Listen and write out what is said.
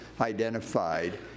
identified